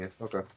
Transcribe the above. Okay